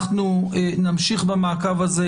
אנחנו נמשיך במעקב על זה,